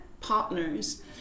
partners